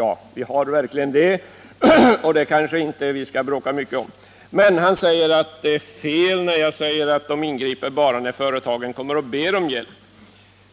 Ja, vi har verkligen det, och detta faktum kanske vi inte skall bråka mycket om. Men industriministern säger att det är fel när jag hävdar att regeringen ingriper bara när företagen kommer och ber om hjälp.